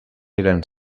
eren